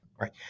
Right